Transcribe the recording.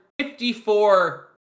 54